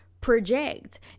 project